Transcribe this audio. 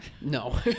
No